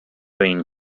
been